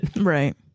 right